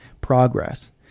progress